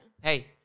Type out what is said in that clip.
hey